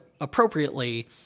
appropriately